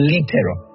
Literal